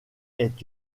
est